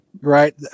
right